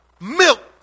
milk